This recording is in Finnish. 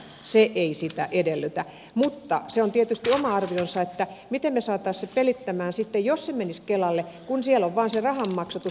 se ei sitä edellytä mutta on tietysti oma arvionsa miten me saisimme sen pelittämään sitten jos se menisi kelalle kun siellä on vain se rahan maksatus